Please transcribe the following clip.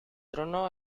trono